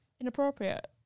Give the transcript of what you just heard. inappropriate